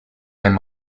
même